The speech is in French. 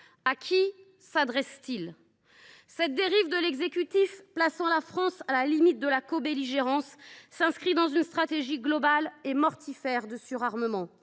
À qui s’adresse t il ? Cette dérive de l’exécutif, qui place la France à la limite de la cobelligérance, s’inscrit dans une stratégie globale et mortifère de surarmement.